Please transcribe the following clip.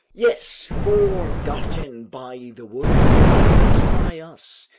yes, forgotten by the world but not by us!